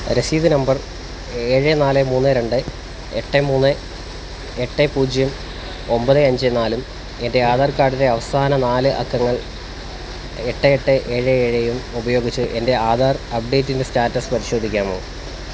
രസീത് നമ്പർ ഏഴ് നാല് മൂന്ന് രണ്ട് എട്ട് മൂന്ന് എട്ട് പൂജ്യം ഒൻപത് അഞ്ച് നാലും എൻ്റെ ആധാർ കാഡിൻ്റെ അവസാന നാല് അക്കങ്ങൾ എട്ട് എട്ട് ഏഴ് ഏഴേയും ഉപയോഗിച്ച് എൻ്റെ ആധാർ അപ്ഡേറ്റിൻ്റെ സ്റ്റാറ്റസ് പരിശോധിക്കാമോ